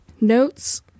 Notes